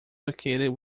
located